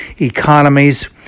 economies